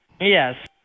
Yes